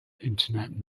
internet